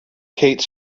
kate